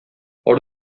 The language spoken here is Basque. hor